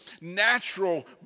natural